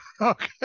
Okay